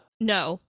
No